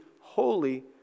Holy